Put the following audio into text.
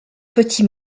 petits